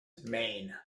maine